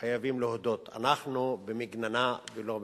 חייבים להודות: אנחנו במגננה ולא במתקפה,